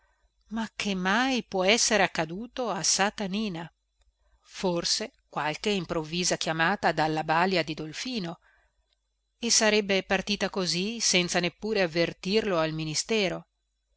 ma che mai può essere accaduto a satanina forse qualche improvvisa chiamata dalla balia di dolfino e sarebbe partita così senza neppure avvertirlo al ministero